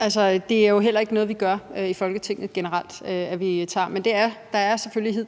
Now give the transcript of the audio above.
Altså, det er jo heller ikke noget, vi gør i Folketinget generelt, men det er selvfølgelig